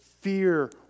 fear